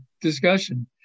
discussion